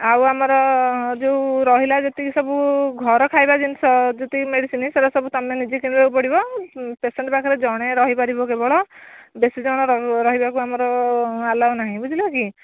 ଆଉ ଆମର ଯେଉଁ ରହିଲା ଯେତିକି ସବୁ ଘର ଖାଇବା ଜିନିଷ ଯେତିକି ମେଡ଼ିସିନ ସେଗୁଡ଼ା ସବୁ ତୁମେ ନିଜେ କିଣିବାକୁ ପଡ଼ିବ ପେସେଣ୍ଟ ପାଖରେ ଜଣେ ରହିପାରିବ କେବଳ ବେଶୀ ଜଣର ରହିବାକୁ ଆମର ଆଲାଓ ନାହିଁ ବୁଝିଲ କି